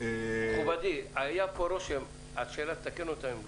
מכובדי היה פה הרושם, תתקן אם לא,